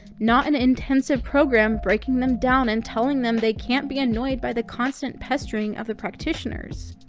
not an intensive program breaking them down and telling them they can't be annoyed by the constant pestering of the practitioners.